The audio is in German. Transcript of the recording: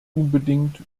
unbedingt